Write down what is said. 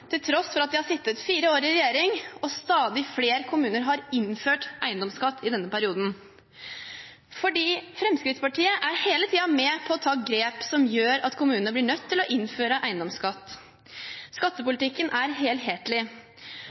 til tross for at de har sittet fire år i regjering, og stadig flere kommuner har innført eiendomsskatt i denne perioden. Fremskrittspartiet er hele tiden med på å ta grep som gjør at kommunene blir nødt til å innføre eiendomsskatt. Skattepolitikken er helhetlig.